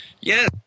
Yes